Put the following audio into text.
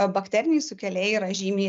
bakteriniai sukėlėjai yra žymiai